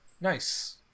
Nice